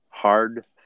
hard